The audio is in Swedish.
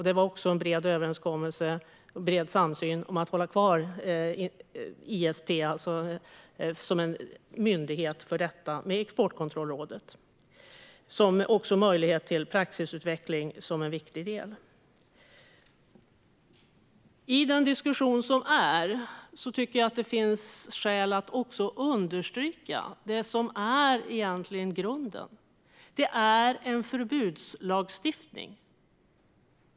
Det var också en bred samsyn om att hålla kvar ISP som en myndighet för detta, med Exportkontrollrådet, som en möjlighet till praxisutveckling som en viktig del. I den diskussion som förs tycker jag att det finns skäl att understryka det som egentligen är grunden, nämligen att detta är en förbudslagstiftning.